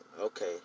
Okay